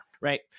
Right